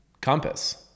Compass